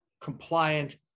compliant